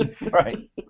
right